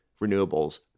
renewables